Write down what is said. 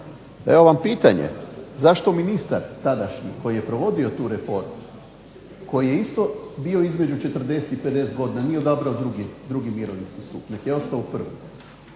evo vam pitanje, zašto ministar tadašnji koji je provodio tu reformu, koji je isto bio između 40 i 50 godina nije odabrao drugi mirovinski stup nego je ostao u prvom?